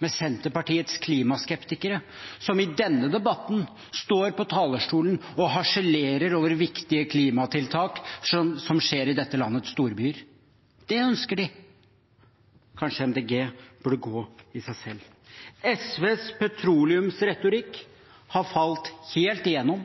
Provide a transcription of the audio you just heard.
med Senterpartiets klimaskeptikere, som i denne debatten står på talerstolen og harselerer over viktige klimatiltak i dette landets storbyer. Det ønsker de. Kanskje Miljøpartiet De Grønne burde gå i seg selv. SVs petroleumsretorikk har falt helt igjennom.